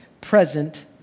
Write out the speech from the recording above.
present